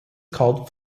called